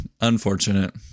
unfortunate